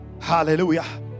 hallelujah